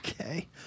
Okay